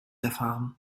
erfahren